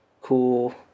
cool